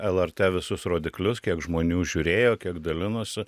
lrt visus rodiklius kiek žmonių žiūrėjo kiek dalinosi